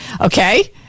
okay